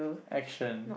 action